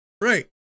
right